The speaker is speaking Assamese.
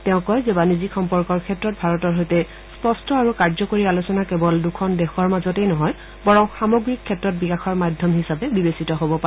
তেওঁ কয় যে বাণিজ্যিক সম্পৰ্কৰ ক্ষেত্ৰত ভাৰতৰ সৈতে স্পষ্ট আৰু কাৰ্যকৰী আলোচনা কেৱল দখন দেশৰ মাজতেই নহয় বৰং সামগ্ৰিক ক্ষেত্ৰত বিকাশৰ মাধ্যম হিচাপে বিবেচিত হ'ব পাৰে